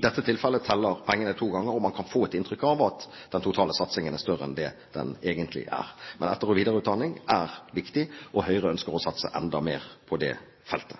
dette tilfellet teller pengene to ganger, og man kan få et inntrykk av at den totale satsingen er større enn det den egentlig er. Etter- og videreutdanning er viktig, og Høyre ønsker å satse enda mer på det feltet.